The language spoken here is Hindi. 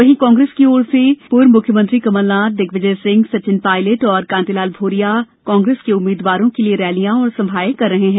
वहींकांग्रेस की ओर से पूर्व मुख्यमंत्री कमलनाथ दिग्विजय सिंहसचिन पायलट और कांतिलाल भूरिया कांग्रेस के उम्मीदवारों के लिए रैलियां और आमसभाएं कर रहे हैं